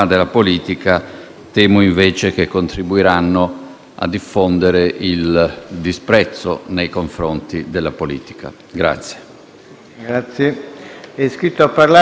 a diffondere il disprezzo nei confronti della politica.